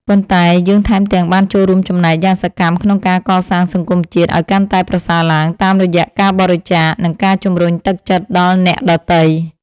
ប៉ុន្តែយើងថែមទាំងបានចូលរួមចំណែកយ៉ាងសកម្មក្នុងការកសាងសង្គមជាតិឱ្យកាន់តែប្រសើរឡើងតាមរយៈការបរិច្ចាគ និងការជម្រុញទឹកចិត្តដល់អ្នកដទៃ។